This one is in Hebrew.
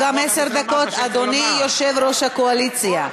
גם עשר דקות, אדוני ראש הקואליציה.